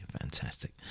fantastic